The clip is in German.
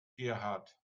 gerhard